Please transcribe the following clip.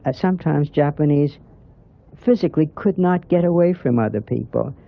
ah sometimes japanese physically could not get away from other people,